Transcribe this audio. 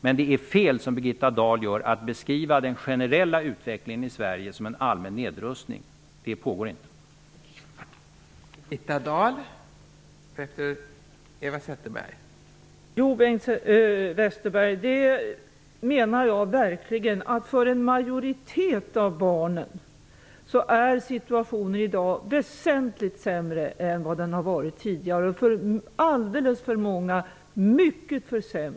Men det är fel att beskriva den generella utvecklingen i Sverige som en allmän nedrustning, som Birgitta Dahl gör. En sådan pågår inte.